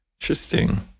Interesting